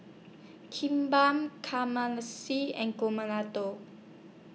Kimbap and